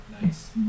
Nice